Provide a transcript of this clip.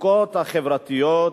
המצוקות החברתיות